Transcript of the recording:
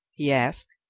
he asked.